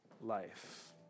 life